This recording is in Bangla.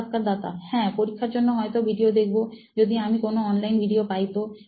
সাক্ষাৎকারদাতা হ্যাঁ পরীক্ষার জন্য হয়তো ভিডিও দেখব যদি আমি কোন অনলাইন ভিডিও পাইতো